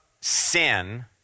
sin